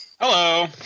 Hello